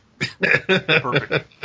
Perfect